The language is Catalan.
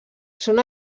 són